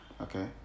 Okay